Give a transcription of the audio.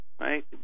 Right